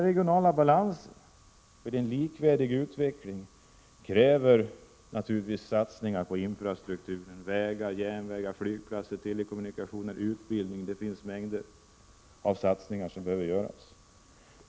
Regional balans för en likvärdig utveckling kräver naturligtvis satsningar på infrastrukturen — vägar, järnvägar, flygplatser, telekommunikationer och utbildning. Det är mängder av satsningar som behöver göras.